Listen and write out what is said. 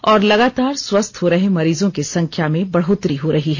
और लगातार स्वस्थ हो रहे मरीजों की संख्या में बढ़ोतरी हो रही है